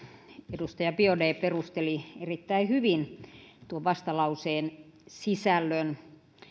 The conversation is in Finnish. edustaja biaudet perusteli erittäin hyvin tuon vastalauseen sisällön